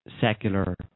secular